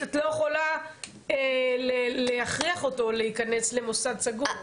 את לא יכולה להכריח אותו להיכנס למוסד סגור.